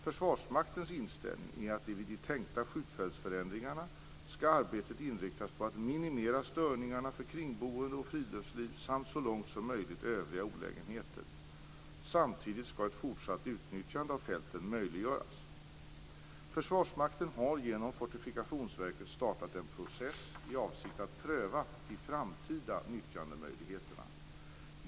Försvarsmaktens inställning är att vid de tänka skjutfältsförändringarna skall arbetet inriktas på att minimera störningarna för kringboende och friluftsliv samt så långt möjligt övriga olägenheter. Samtidigt skall ett fortsatt utnyttjande av fälten möjliggöras. Försvarsmakten har genom Fortifikationsverket startat en process i avsikt att pröva de framtida nyttjandemöjligheterna.